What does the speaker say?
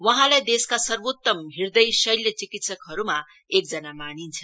वर्हालाई देशका सर्वोत्तम हृदय शैल्य चिकित्सकहरूमा एकजना मानिन्छ